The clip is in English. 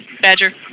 Badger